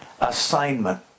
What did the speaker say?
assignment